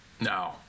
no